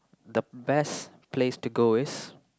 the best place to go is